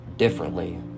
differently